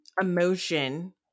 emotion